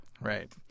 Right